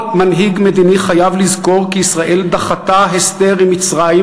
כל מנהיג מדיני חייב לזכור כי ישראל דחתה הסדר עם מצרים